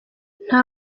nta